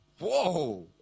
Whoa